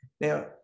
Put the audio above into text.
Now